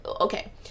Okay